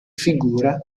figura